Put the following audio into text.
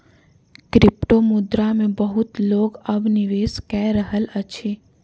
क्रिप्टोमुद्रा मे बहुत लोक अब निवेश कय रहल अछि